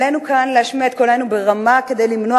עלינו להשמיע כאן את קולנו ברמה כדי למנוע